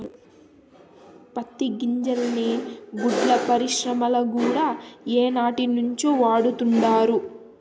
పత్తి గింజల్ని గుడ్డల పరిశ్రమల కూడా ఏనాటినుంచో వాడతండారు